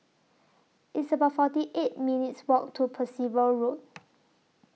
It's about forty eight minutes' Walk to Percival Road